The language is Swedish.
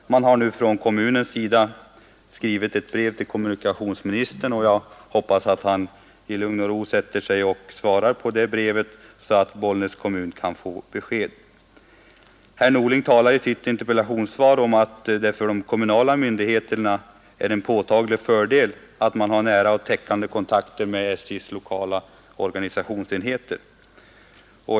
Bollnäs kommun har nu skrivit till kommunikationsministern, och jag hoppas att han i lugn och ro sätter sig och svarar på det brevet, så att kommunen får besked. Herr Norling talar i sitt interpellationssvar om att det för de kommunala myndigheterna är en påtaglig fördel att ha nära och täckande kontakter med SJ:s lokala organisationsenheter.